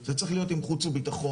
זה צריך להיות עם חוץ וביטחון.